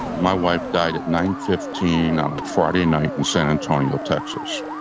my wife died at nine fifteen on a friday night in san antonio, texas.